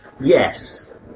Yes